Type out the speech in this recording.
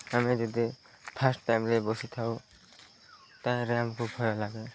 ଆମେ ଯଦି ଫାଷ୍ଟ୍ ଟାଇମ୍ରେ ବସିଥାଉ ତାହିଁରେ ଆମକୁ ଭୟ ଲାଗେ